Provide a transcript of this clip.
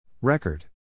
Record